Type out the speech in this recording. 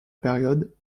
période